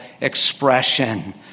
expression